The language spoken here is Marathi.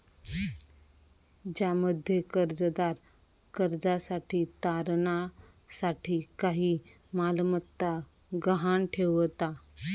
ज्यामध्ये कर्जदार कर्जासाठी तारणा साठी काही मालमत्ता गहाण ठेवता